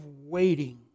waiting